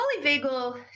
polyvagal